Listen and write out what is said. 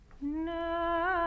No